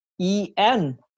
EN